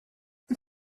die